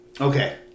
Okay